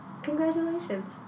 Congratulations